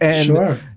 Sure